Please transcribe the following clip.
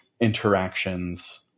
interactions